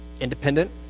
independent